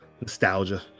nostalgia